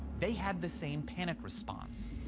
they had the same panic response.